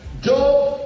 Job